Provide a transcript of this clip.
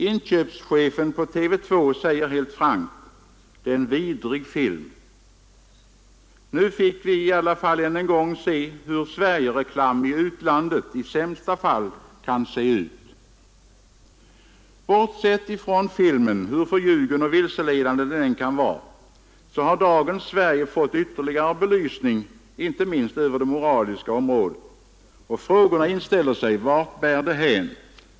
Inköpschefen på TV 2 säger helt frankt: ”Det är en vidrig film.” Nu fick vi i alla fall än en gång se, hur Sverigereklam i utlandet i sämsta fall kan se ut. Bortsett från filmen — hur förljugen och vilseledande den än kan vara — har dagens Sverige fått ytterligare belysning, inte minst över det moraliska området. Och frågorna inställer sig: Vart bär det hän?